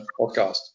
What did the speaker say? podcast